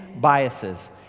biases